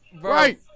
Right